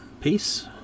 peace